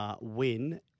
win